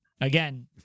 again